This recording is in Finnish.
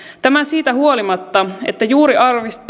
tämä siitä huolimatta että juuri